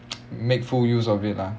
make full use of it lah